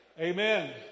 Amen